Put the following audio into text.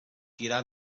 tirar